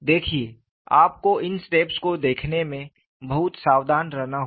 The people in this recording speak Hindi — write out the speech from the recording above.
देखिए आपको इन स्टेप्स को देखने में बहुत सावधान रहना होगा